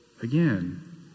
again